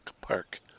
Park